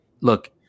Look